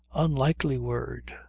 unlikely word.